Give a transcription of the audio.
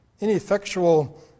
ineffectual